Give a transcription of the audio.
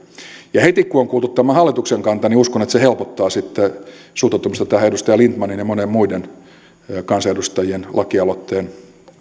ja heti kun on kuultu tämä hallituksen kanta niin uskon että se helpottaa sitten suhtautumista tähän edustaja lindtmanin ja monien muiden kansanedustajien lakialoitteen